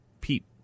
Pete